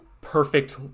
perfect